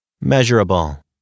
Measurable